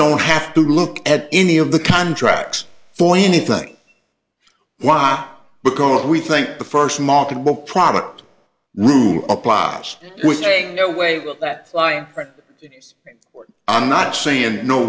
don't have to look at any of the contracts for anything why because we think the first marketable product rule applies with a no way that line i'm not saying no